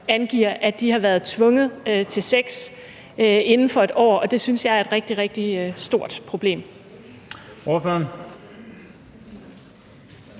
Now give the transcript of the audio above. angiver, at de har været tvunget til sex inden for et år, og det synes jeg er et rigtig, rigtig stort problem.